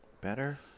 Better